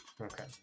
Okay